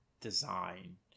design